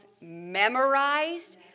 memorized